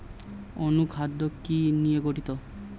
অনুখাদ্য কি কি নিয়ে গঠিত?